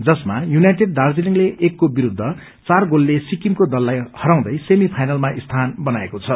जसमा यूनाईटेड दार्जीलिले एकको विरूद्ध चार गोलले सिक्किमको दललाई हराउँदै सेमी फाइनलमा स्थान बनाएको छ